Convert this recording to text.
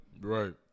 Right